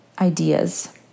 ideas